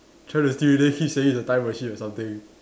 trying to steal it then hit suddenly the time machine or something